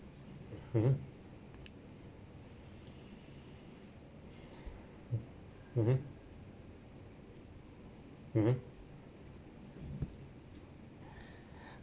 mmhmm mmhmm mmhmm